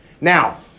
Now